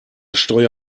steuer